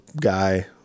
guy